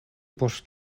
post